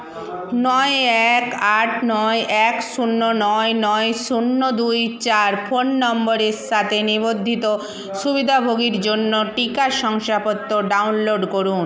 নয় এক আট নয় এক শূন্য নয় নয় শূন্য দুই চার ফোন নম্বরের সাথে নিবদ্ধিত সুবিধাভোগীর জন্য টিকা শংসাপত্র ডাউনলোড করুন